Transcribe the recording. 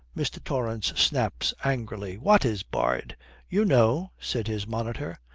mr. torrance snaps angrily, what is barred you know says his monitor.